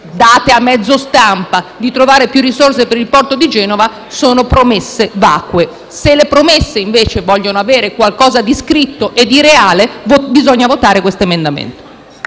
date a mezzo stampa, di trovare più risorse per il porto di Genova sono promesse vacue. Se le promesse invece vogliono avere qualcosa di scritto e di reale, bisogna votare questo emendamento.